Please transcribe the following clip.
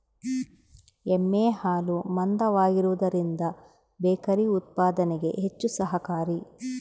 ಎಮ್ಮೆ ಹಾಲು ಮಂದವಾಗಿರುವದರಿಂದ ಬೇಕರಿ ಉತ್ಪಾದನೆಗೆ ಹೆಚ್ಚು ಸಹಕಾರಿ